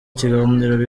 kiganiro